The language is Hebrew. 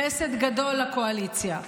חסד גדול לקואליציה.